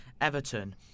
Everton